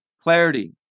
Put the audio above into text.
clarity